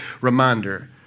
reminder